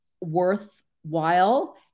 worthwhile